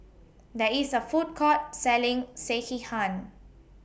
There IS A Food Court Selling Sekihan